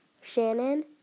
Shannon